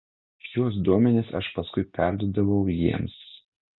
šiuos duomenis aš paskui perduodavau jiems